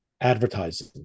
advertising